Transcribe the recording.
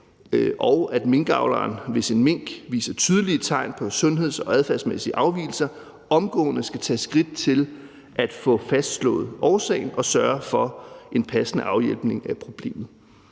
og at minkavleren, hvis en mink viser tydelige tegn på sundheds- og adfærdsmæssige afvigelser, omgående skal tage skridt til at få fastslået årsagen og sørge for en passende afhjælpning af problemet.